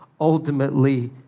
ultimately